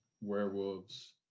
Werewolves